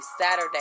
Saturday